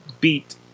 beat